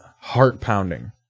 heart-pounding